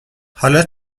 حالا